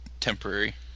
temporary